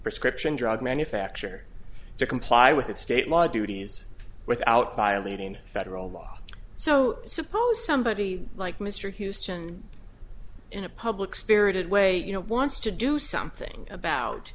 prescription drug manufacturer to comply with its state law duties without violating federal law so suppose somebody like mr houston in a public spirited way you know wants to do something about